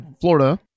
Florida